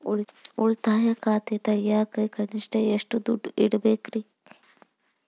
ಉಳಿತಾಯ ಖಾತೆ ತೆಗಿಯಾಕ ಕನಿಷ್ಟ ಎಷ್ಟು ದುಡ್ಡು ಇಡಬೇಕ್ರಿ?